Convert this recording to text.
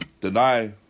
deny